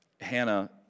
Hannah